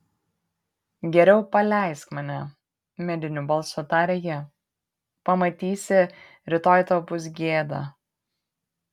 geriau paleisk mane mediniu balsu tarė ji pamatysi rytoj tau bus gėda